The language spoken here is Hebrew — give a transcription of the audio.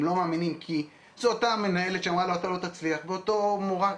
הם לא מאמינים כי זו אותה המנהלת שאמרה לו 'אתה לא תצליח' ואותה מורה,